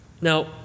Now